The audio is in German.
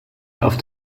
auf